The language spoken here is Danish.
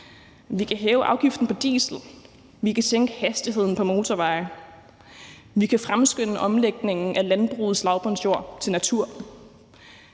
Vi kan hæve afgiften på diesel. Vi kan sænke hastigheden på motorveje. Vi kan fremskynde omlægningen af landbrugets lavbundsjorder til natur.